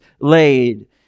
laid